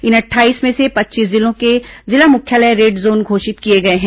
इन अट्ठाईस में से पच्चीस जिलों के जिला मुख्यालय रेड जोन घोषित किए गए हैं